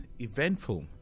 eventful